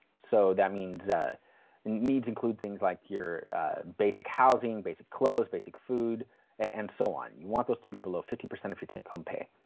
so that means needs include things like your basic housing, basic clothes, basic food and so on. you want those to be below fifty percent of your take home pay.